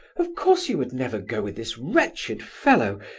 of course you would never go with this wretched fellow,